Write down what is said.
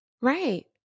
Right